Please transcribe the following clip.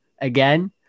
again